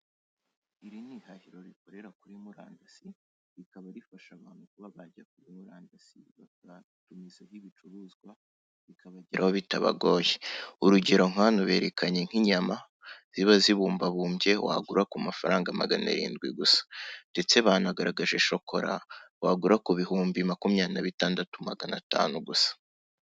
Iri nihahiriro rikorera kuri murandasi, rikaba rifasha abantu kuba bajya kuri murandasi bagatumiza ibicuruzwa bikabageraho bitabagoye. Urugero nkahano bagaragaje inyama ziba zibumbabumbye wagura ku mafaranga magana arindwi gusa ndetse banagaragaje shokora wagura ku bihumbi makumyabiri na bitandatu magana atanu gusa